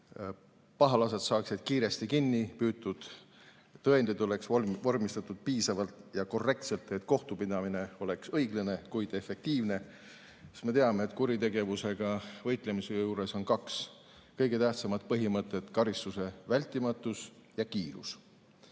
pahalased saaksid kiiresti kinni püütud, tõendid oleks vormistatud piisavalt ja korrektselt, kohtupidamine oleks õiglane, kuid efektiivne. Me teame, et kuritegevusega võitlemise juures on kaks kõige tähtsamat põhimõtet karistuse vältimatus ja kiirus.